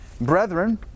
Brethren